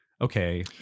Okay